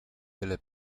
delle